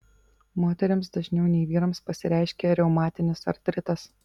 moterims dažniau nei vyrams pasireiškia reumatinis artritas